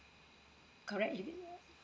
correct